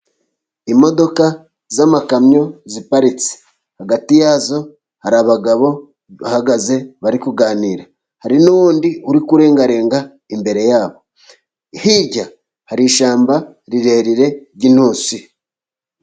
Imodoka z'amakamyo ziparitse. Hagati yazo hari abagabo bahagaze bari kuganira. Hari n'undi uri kurengarenga, imbere yabo. Hirya hari ishyamba rirerire ry'intusi.